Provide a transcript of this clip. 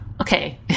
okay